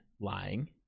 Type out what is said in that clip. lying